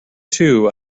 two